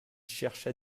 cherche